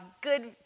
good